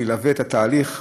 ילווה את התהליך.